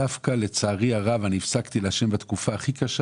לצערי דווקא הפסקתי לעשן בתקופה הכי קשה